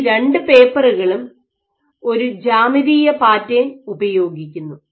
ഈ രണ്ട് പേപ്പറുകളും ഒരു ജ്യാമിതീയ പാറ്റേൺ ഉപയോഗിക്കുന്നു